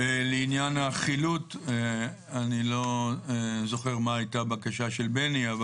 לעניין החילוט, אני לא זוכר מה הבקשה של בני.